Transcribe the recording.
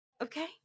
okay